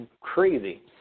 crazy